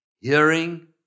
hearing